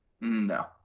No